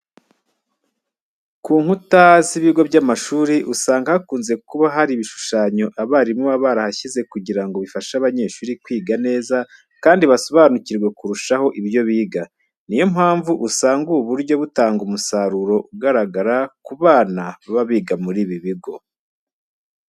Ku nkuta z'ibigo by'amashuri usanga hakunze kuba hari ibishushanyo abarimu baba barahashyize kugira ngo bifashe abanyeshuri kwiga neza kandi basobanukirwe kurushaho ibyo biga. Niyo mpamvu usanga ubu buryo butanga umusaruro ugaragara ku bana baba biga muri ibi bigo.